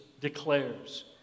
declares